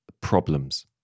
problems